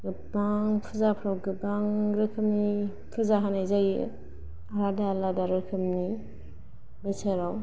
गोबां फुजाफ्राव गोबां रोखोमनि फुजा होनाय जायो आलादा आलादा रोखोमनि बोसोराव